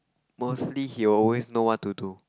mostly he will always know what to do